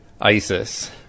ISIS